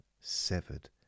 severed